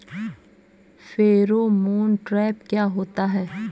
Pheromone trap क्या होता है?